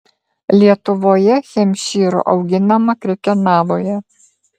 lietuvoje hempšyrų auginama krekenavoje